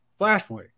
Flashpoint